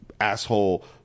asshole